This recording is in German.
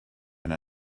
wenn